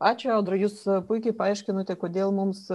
ačiū audra jūs puikiai paaiškinote kodėl mums